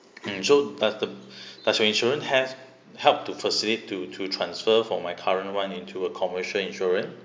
mm so does the does your insurance has helped to facilitate to to transfer from my current one into a commercial insurance